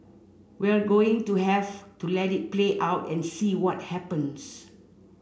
we're going to have to let it play out and see what happens